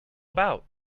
about